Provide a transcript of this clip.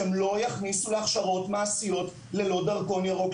שהם לא יכניסו להכשרות מעשיות ללא דרכון ירוק,